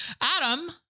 Adam